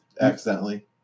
accidentally